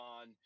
on